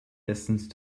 distance